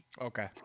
Okay